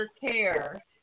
care